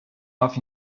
off